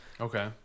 okay